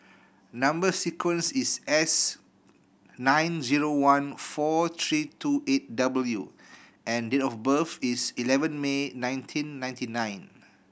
number sequence is S nine zero one four three two eight W and date of birth is eleven May nineteen ninety nine